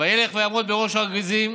וילך ויעמֹד בראש הר גרִזים,